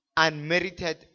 Unmerited